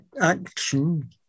action